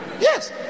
yes